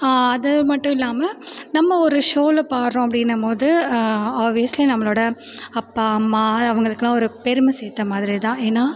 அதுமட்டும் இல்லாமல் நம்ம ஒரு ஷோவில பாடுறோம் அப்படின்னம்போது ஆவியஸ்லி நம்மளோடய அப்பா அம்மா அவங்களுக்குலாம் ஒரு பெருமை சேர்த்த மாதிரி தான் ஏன்னா